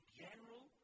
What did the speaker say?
general